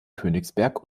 königsberg